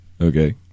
Okay